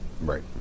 Right